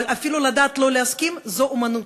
אבל אפילו לדעת לא להסכים זאת אמנות.